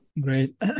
Great